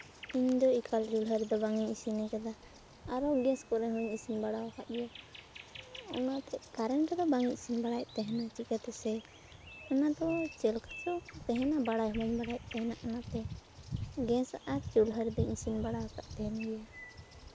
ᱤᱧᱫᱚ ᱮᱠᱟᱞ ᱪᱩᱞᱦᱟᱹ ᱨᱮᱫᱚ ᱵᱟᱝ ᱤᱧ ᱤᱥᱤᱱ ᱠᱟᱫᱟ ᱟᱨᱚ ᱜᱮᱥ ᱠᱚᱨᱮ ᱦᱚᱸᱧ ᱤᱥᱤᱱ ᱵᱟᱲᱟᱣ ᱠᱟᱜ ᱜᱮᱭᱟ ᱚᱱᱟᱛᱮ ᱠᱟᱨᱮᱱᱴ ᱨᱮᱫᱚ ᱵᱟᱝ ᱤᱧ ᱤᱥᱤᱱ ᱵᱟᱲᱟᱭᱮᱫ ᱛᱟᱦᱮᱱᱟ ᱪᱤᱠᱟ ᱛᱮᱥᱮ ᱚᱱᱟᱫᱚ ᱪᱮᱫ ᱞᱮᱠᱟ ᱪᱚᱝ ᱛᱟᱦᱮᱱᱟ ᱵᱟᱲᱟᱭ ᱦᱚᱸᱵᱟᱹᱧ ᱵᱟᱲᱟᱭᱮᱫ ᱛᱟᱦᱮᱱᱟ ᱚᱱᱟᱛᱮ ᱜᱮᱥ ᱟᱨ ᱪᱩᱞᱦᱟᱹ ᱨᱮᱫᱚᱧ ᱤᱥᱤᱱ ᱵᱟᱲᱟᱣ ᱠᱟᱜ ᱛᱟᱦᱮᱱ ᱜᱮᱭᱟ